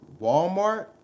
walmart